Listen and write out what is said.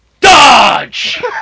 dodge